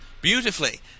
beautifully